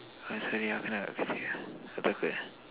uh sorry ah penat ah aku sakit ah